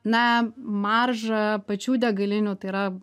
na maržą pačių degalinių tai yra